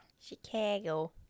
Chicago